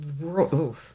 world